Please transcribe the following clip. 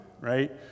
right